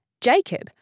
Jacob